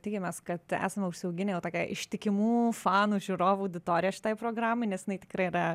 tikimės kad esame užsiauginę jau tokią ištikimų fanų žiūrovų auditoriją šitai programai nes jinai tikrai yra